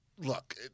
look